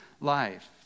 life